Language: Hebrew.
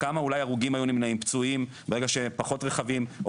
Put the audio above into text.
כמה הרוגים ופצועים היו נמנעים ברגע שפחות רכבים או